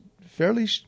fairly